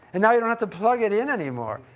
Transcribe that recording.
and now you don't have to plug it in anymore.